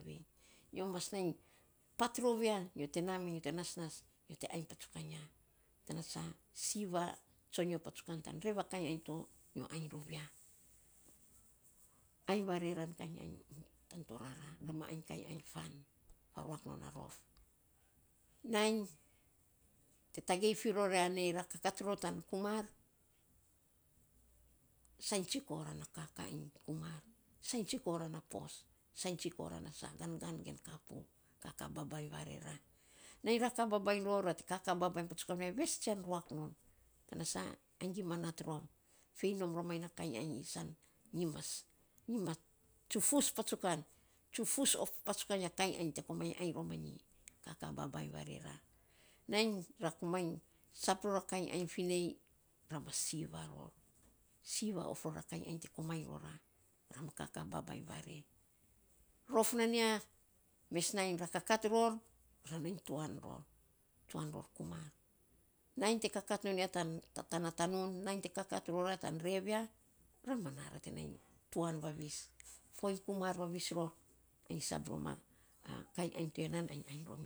nyo mas nainy paat rou ya nyo te nainy nasnas mi ya nyo te ainy ya, tana sa siiva tsonyo patsukan rev a kainy ainy to nyo ainy ron ya. Ainy vare ran kainy ainy tan toraraa, ra ma ainy kainy ainy fan farouk non a rof. Ainny rafi ro ya nei ra kakat ror tan kumar, sainy tsiko ra kainy ainy kumar, sainy tsiko ra na pos, sainy tsiko ra na gangan ge na kapu. Kaka babainy vare ra, nainy ra kaka babainy ror, ra te kaka patsukan me, vess tsian ruak non tana sa ainy gima nat rom fei nom rom manyi na kainy ainy ae? Sa nyi mas, nyi mas tsufus patsukan tsufus of patsukan iny ya kainy ainy te komainy ainy romainy. Kaka babainy vare ra, main ra komainy sak finei, ra mas siiva ror, siiva of ror ra kainy ainy te komainy roar. Ra ma kaka babainy vare. Rof nan ya ra kakat ror, ra nainy tuan ror. Tuan ror kumar. Nainy te kakat non ya tana tanunu, nainy te kakat roira an rev ya, ra ma na te nainy tuan vavis, foiny kumar vavis ror ainy sab rom a kainy ainy to ya nan ainy ainy rom ya.